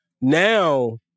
Now